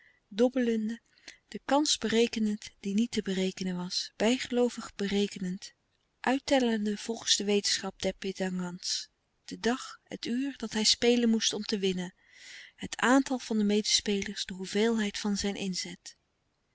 dobbelende de kans berekenend die niet te berekenen was bijgeloovig berekenend uittellende volgens de wetenschap der petangans den dag het uur dat hij spelen moest om te winnen het aantal van de medespelers de hoeveelheid van zijn inzet